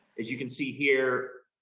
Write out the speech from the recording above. as you can see here,